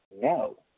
no